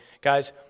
guys